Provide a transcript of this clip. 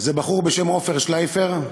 זה בחור בשם עופר שלייפר,